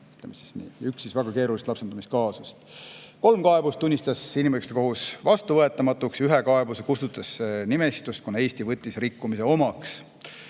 üks väga keerulist lapsendamiskaasust. Kolm kaebust tunnistas inimõiguste kohus vastuvõetamatuks. Ühe kaebuse kohus kustutas nimistust, kuna Eesti võttis rikkumise omaks.